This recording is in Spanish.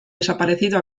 desaparecido